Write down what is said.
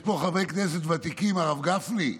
יש פה חברי כנסת ותיקים, הרב גפני,